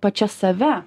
pačias save